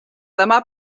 demà